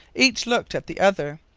each looked at the other.